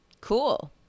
cool